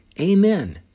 Amen